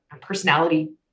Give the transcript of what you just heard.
personality